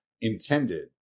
intended